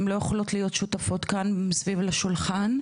והן לא יכולות להיות שותפות כאן מסביב לשולחן.